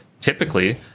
typically